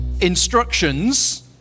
instructions